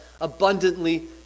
abundantly